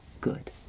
good